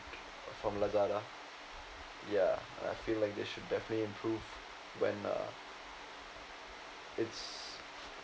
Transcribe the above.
from lazada ya I feel like they should definitely improve when uh it's